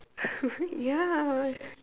ya